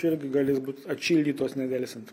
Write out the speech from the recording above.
čia irgi galės būt atšildytos nedelsiant